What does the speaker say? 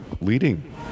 leading